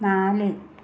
നാല്